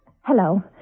Hello